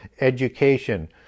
education